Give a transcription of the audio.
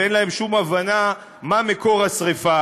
ואין להם שום הבנה מה מקור השרפה.